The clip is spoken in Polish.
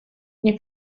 nie